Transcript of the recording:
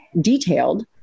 detailed